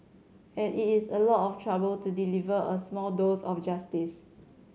and it is a lot of trouble to deliver a small dose of justice